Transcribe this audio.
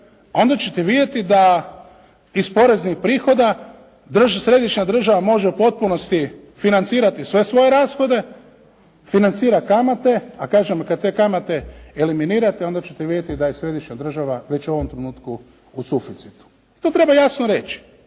onda ćete vidjeti da iz poreznih prihoda središnja država može u potpunosti financirati sve svoje rashode, financira kamate. A kažem, a kad te kamate eliminirate onda ćete vidjeti da je središnja država već u ovom trenutku u suficitu. To treba jasno reći